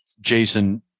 Jason